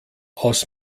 aus